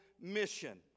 mission